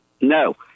no